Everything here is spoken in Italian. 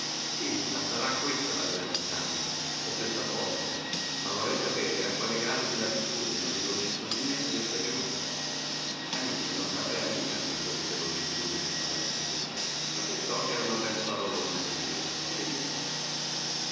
sì la sarà questa la vera distanza o press'a poco ma vorrei sapere a quale grado di latitudine o di longitudine io sia giunta alice non sapea mica che fosse longitudine o latitudine ma pensò ch'erano belle parolone a dire e le disse